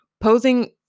Posing